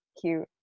cute